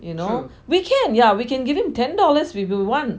you know we can yeah we can give him ten dollars if we want